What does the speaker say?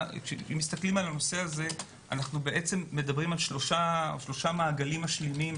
הנושא הזה אנחנו מדברים על שלושה מעגלים משלימים